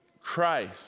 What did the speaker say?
Christ